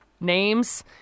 names